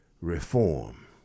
reform